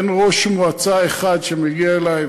אין ראש מועצה אחד שמגיע אלי,